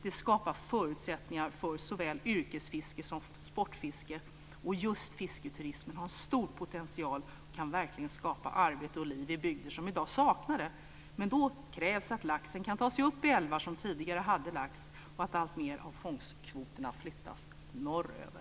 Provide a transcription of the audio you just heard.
Det skapar förutsättningar för såväl yrkesfiske som sportfiske. Just fisketurismen har stor potential. Den kan verkligen skapa arbete och liv i bygder som i dag saknar detta. Men då krävs att laxen kan ta sig upp i älvar som tidigare hade lax och att alltmer av fångstkvoterna flyttas norröver.